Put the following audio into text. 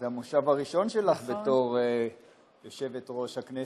זה המושב הראשון שלך בתור יושבת-ראש הישיבה,